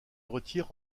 retire